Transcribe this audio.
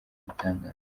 ibitangaza